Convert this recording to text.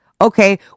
okay